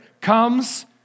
comes